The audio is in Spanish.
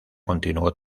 continuó